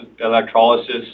electrolysis